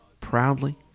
proudly